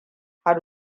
har